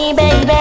baby